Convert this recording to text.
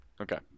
Okay